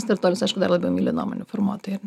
startuolius aišku dar labai myli nuomonių formuotojai ar